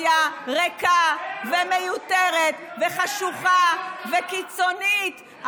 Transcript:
לאובססיה ריקה ומיותרת, חשוכה וקיצונית.